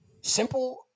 simple